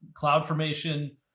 CloudFormation